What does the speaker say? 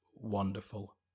wonderful